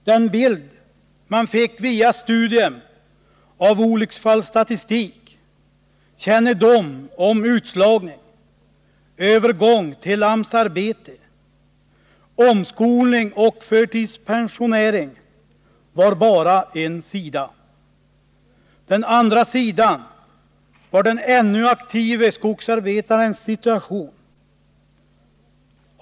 Den bild man fick via studium av olycksfallsstatistik, kännedom om utslagning, övergång till AMS-arbete, omskolning och förtidspensionering var bara en sida. Den andra sidan var den ännu aktive skogsarbetarens situation.